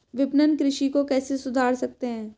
विपणन कृषि को कैसे सुधार सकते हैं?